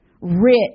rich